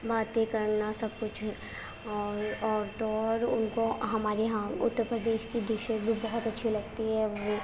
باتیں کرنا سب کچھ اور اور تو اور ان کو ہمارے یہاں اتّر پردیش کی ڈشیں بھی بہت اچھی لگتی ہے وہ